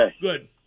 Good